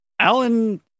Alan